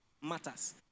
matters